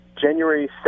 January